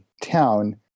town